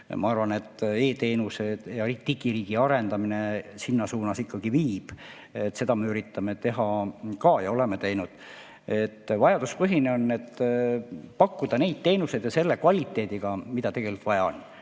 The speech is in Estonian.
Ma arvan, et e‑teenused ja digiriigi arendamine sinna suunas ikkagi viib, seda me üritame teha ja oleme ka teinud. Vajaduspõhisus tähendab pakkuda neid teenuseid ja selle kvaliteediga, mida tegelikult vaja on,